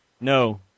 no